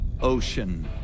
Ocean